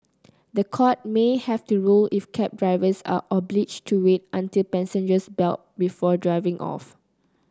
the courts may have to rule if cab drivers are obliged to wait until passengers belt up before driving off